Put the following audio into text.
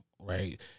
right